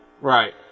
Right